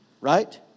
Right